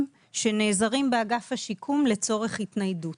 שנעזרים באגף השיקום לצורך התניידות.